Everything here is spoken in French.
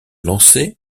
lancé